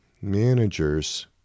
Managers